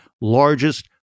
largest